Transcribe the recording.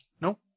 No